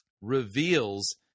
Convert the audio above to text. reveals